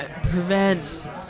prevent